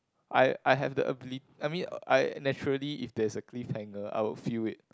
I I have the abili~ I mean I naturally if there's a cliffhanger I would feel it